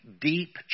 deep